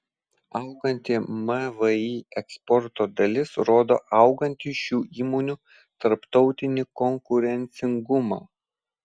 auganti mvį eksporto dalis rodo augantį šių įmonių tarptautinį konkurencingumą